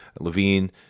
Levine